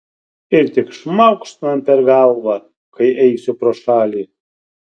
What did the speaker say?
ir tik šmaukšt man per galvą kai eisiu pro šalį